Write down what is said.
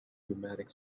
pneumatic